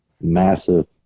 massive